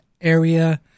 area